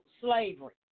slavery